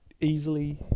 easily